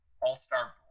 All-Star